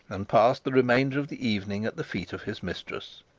and passed the remainder of the evening at the feet of his mistress.